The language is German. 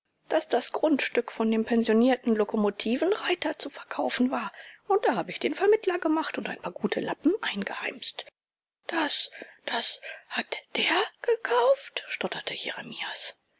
daß das grundstück von dem pensionierten lokomotivenreiter zu verkaufen war und da habe ich den vermittler gemacht und ein paar gute lappen eingeheimst das das hat der gekauft stotterte